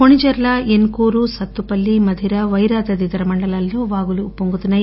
కొణిజర్లఏన్కూరు సత్తుపల్లి మధిరవైరా తదితర మండలాల్లో వాగులు ఉప్పొంగుతున్నాయి